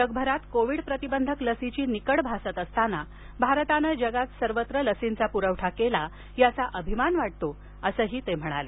जगभरात कोविडप्रतिबंधक लसीची निकड भासत असताना भारतानं जगात सर्वत्र लर्सींचा पुरवठा केला याचा अभिमान वाटतो असंही ते म्हणाले